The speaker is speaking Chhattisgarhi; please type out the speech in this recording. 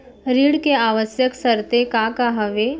ऋण के आवश्यक शर्तें का का हवे?